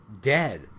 dead